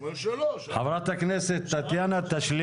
למה לא לאפשר לאנשים לפצל